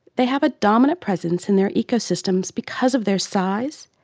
they have a dominant presence in their ecosystems because of their size,